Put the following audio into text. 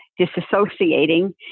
disassociating